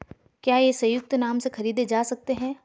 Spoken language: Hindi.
क्या ये संयुक्त नाम से खरीदे जा सकते हैं?